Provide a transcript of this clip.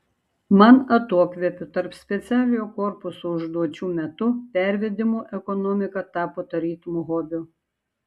man atokvėpių tarp specialiojo korpuso užduočių metu pervedimų ekonomika tapo tarytum hobiu